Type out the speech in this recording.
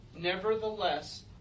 nevertheless